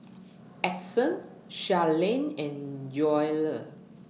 Edson Sharleen and Joelle